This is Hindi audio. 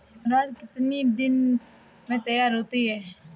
अरहर कितनी दिन में तैयार होती है?